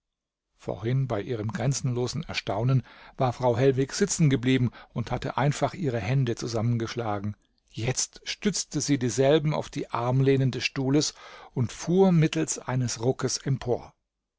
vorhin bei ihrem grenzenlosen erstaunen war frau hellwig sitzen geblieben und hatte einfach ihre hände zusammengeschlagen jetzt stützte sie dieselben auf die armlehnen des stuhles und fuhr mittels eines ruckes empor